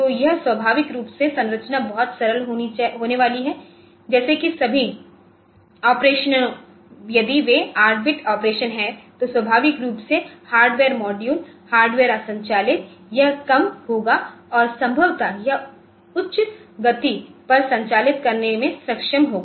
तो यह स्वाभाविक रूप से संरचना बहुत सरल होने वाली है जैसे की सभी ऑपरेशनों यदि वे 8 बिट ऑपरेशन हैं तो स्वाभाविक रूप से हार्डवेयर मॉड्यूल हार्डवेयर संचालित यह कम होगा और संभवतः यह उच्च गति पर संचालित करने में सक्षम होगा